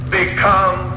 become